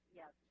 yes